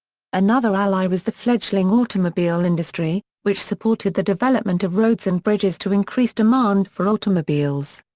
another ally was the fledgling automobile industry, which supported the development of roads and bridges to increase demand for automobiles.